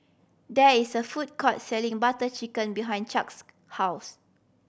there is a food court selling Butter Chicken behind Chuck's house